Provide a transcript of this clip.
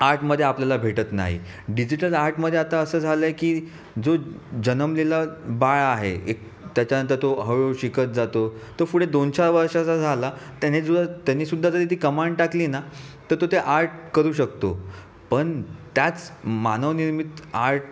आर्टमध्ये आपल्याला भेटत नाही डिजिटल आर्टमध्ये आता असं झालं आहे की जो जनमलेला बाळ आहे एक त्याच्यानंतर तो हळूहळू शिकत जातो तो पुढे दोनचार वर्षाचा झाला त्यानीसुद्धा त्यानीसुद्धा तरी ती कमांड टाकली ना तर तो त्या आर्ट करू शकतो पण त्याच मानवनिर्मित आर्ट